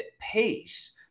pace